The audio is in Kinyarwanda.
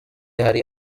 hari